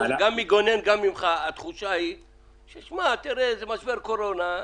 התחושה גם מגונן וגם ממך שזה משבר קורונה,